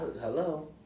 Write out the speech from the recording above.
Hello